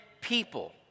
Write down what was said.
people